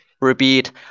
Repeat